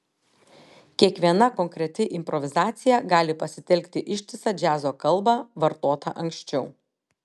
kiekviena konkreti improvizacija gali pasitelkti ištisą džiazo kalbą vartotą anksčiau